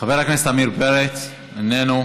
חבר הכנסת עמיר פרץ, איננו.